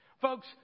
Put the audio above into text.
Folks